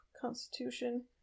Constitution